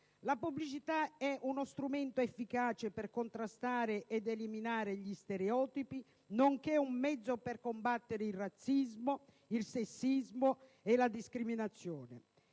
La pubblicità è uno strumento efficace per contrastare ed eliminare gli stereotipi, nonché un mezzo per combattere il razzismo, il sessismo e la discriminazione.